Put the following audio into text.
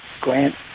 grant